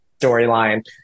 storyline